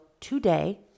today